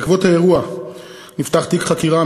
בעקבות האירוע נפתח תיק חקירה,